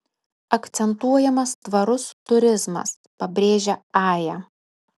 akcentuojamas tvarus turizmas pabrėžia aja